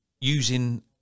using